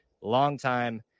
longtime